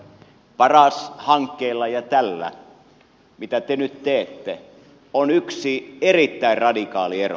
paras hankkeella ja tällä mitä te nyt teette on yksi erittäin radikaali ero